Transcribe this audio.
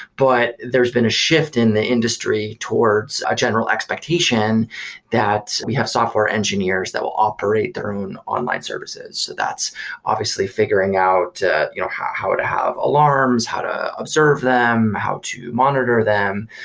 but there's been a shift in the industry towards a general expectation that we have software engineers that will operate their own online services. that's obviously figuring out you know how how to have alarms? how to observe them? how to monitor them?